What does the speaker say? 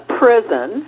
prison